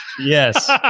Yes